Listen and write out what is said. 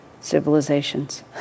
civilizations